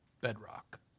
bedrock